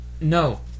No